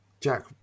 Jack